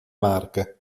marche